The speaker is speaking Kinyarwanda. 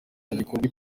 hagikorwa